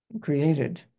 created